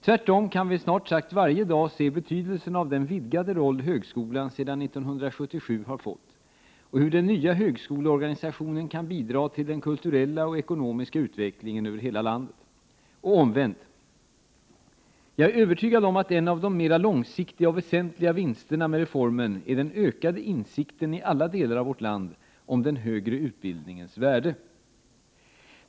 Tvärtom kan vi snart sagt varje dag se betydelsen av den vidgade roll som högskolan sedan 1977 har fått och hur den nya högskoleorganisationen kan bidra till den kulturella och ekonomiska utvecklingen över hela landet. Och omvänt: Jag är övertygad om att en av de mera långsiktiga och väsentliga vinsterna med reformen är den ökade insikten i alla delar av vårt land om den högre utbildningens värde.